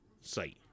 site